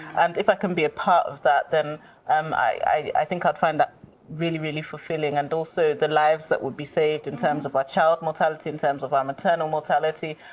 and if i can be a part of that, then um i think i'd find that really, really fulfilling. and also the lives that would be saved, in terms of our child mortality, in terms of our maternal mortality,